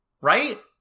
Right